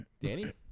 Danny